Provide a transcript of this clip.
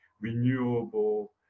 renewable